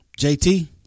JT